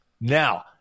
Now